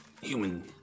human